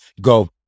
Go